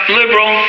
liberal